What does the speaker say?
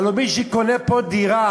הלוא מי שקונה פה דירה,